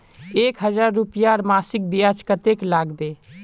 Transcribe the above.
एक हजार रूपयार मासिक ब्याज कतेक लागबे?